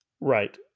Right